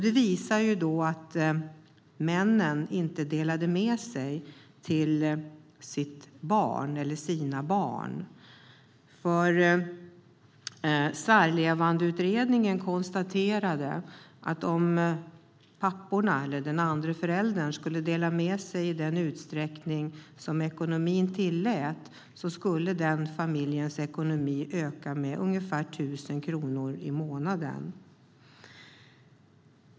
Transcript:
Det visar att männen inte delade med sig till sina barn. Särlevandeutredningen konstaterade nämligen att familjens ekonomi skulle öka med 1 000 kronor per månad om papporna, eller den andra föräldern, skulle dela med sig i den utsträckning ekonomin tillät.